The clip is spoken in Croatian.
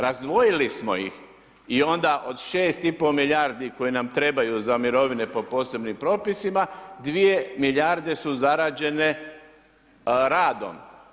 Razdvojili smo ih i onda od 6,5 milijardi koje nam trebaju za mirovine po posebnim propisima, 2 milijarde su zarađene radom.